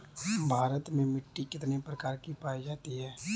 भारत में मिट्टी कितने प्रकार की पाई जाती हैं?